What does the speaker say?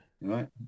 right